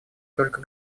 только